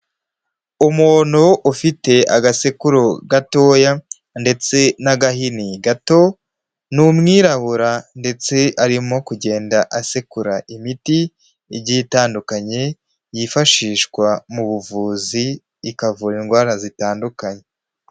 Umuntu ufite agasekuru gatoya ndetse n'agahini gato, ni umwirabura ndetse arimo kugenda asekura imiti igiye itandukanye yifashishwa mu buvuzi ikavura indwara zitandukanye.